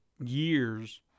years